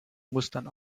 mustern